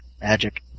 Magic